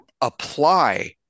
apply